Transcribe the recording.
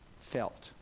felt